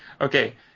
Okay